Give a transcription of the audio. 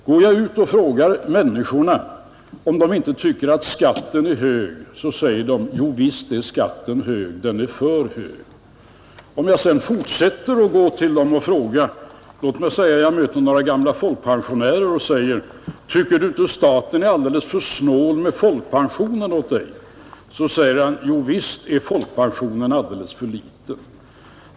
Går jag ut och frågar människorna om de inte tycker att skatten är hög så säger de: Jo, visst är skatten hög, den är för hög. Om jag sedan fortsätter och låt säga möter några gamla folkpensionärer och säger: Tycker ni inte att staten är alldeles för snål med folkpensionen åt er, så säger de: Jo, visst är folkpensionen alldeles för liten.